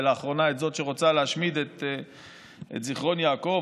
ולאחרונה את זאת שרוצה להשמיד את זיכרון יעקב,